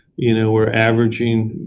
you know, we're averaging,